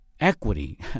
equity